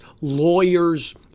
lawyers